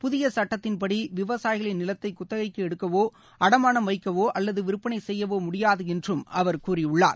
புதிய சுட்டத்தின்படி விவசாயிகளின் நிலத்தை குத்தகைக்கு எடுக்கவோ அடமானம் வைக்கவோ அல்லது விற்பனை செய்யவோ முடியாது என்று அவர் கூறியுள்ளார்